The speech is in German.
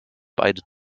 beide